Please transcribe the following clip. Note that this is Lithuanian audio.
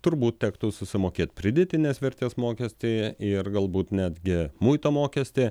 turbūt tektų susimokėt pridėtinės vertės mokestį ir galbūt netgi muito mokestį